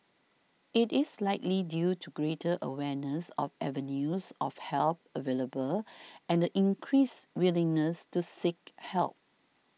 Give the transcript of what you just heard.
it is likely due to greater awareness of avenues of help available and the increased willingness to seek help